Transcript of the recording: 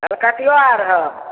कलकतिओ आओर हय